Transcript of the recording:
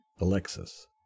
Alexis